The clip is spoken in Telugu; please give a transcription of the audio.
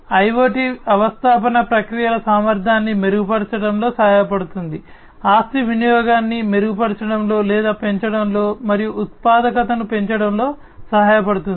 IoT అవస్థాపన ప్రక్రియల సామర్థ్యాన్ని మెరుగుపరచడంలో సహాయపడుతుంది ఆస్తి వినియోగాన్ని మెరుగుపరచడంలో లేదా పెంచడంలో మరియు ఉత్పాదకతను పెంచడంలో సహాయపడుతుంది